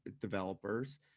developers